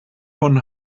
von